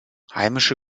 heimische